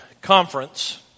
conference